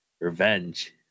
Revenge